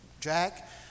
Jack